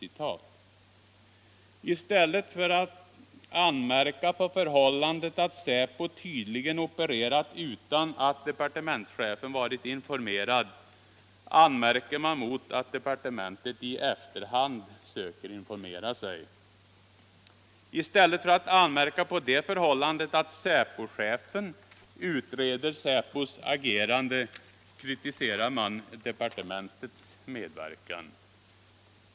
I stället för att anmärka på förhållandet att säpo tydligen opererat utan att departementschefen varit informerad anmärker man mot att departementet i efterhand söker informera sig. I stället för att anmärka på förhållandet att säpochefen utreder säpos agerande kritiserar man departementets medverkan.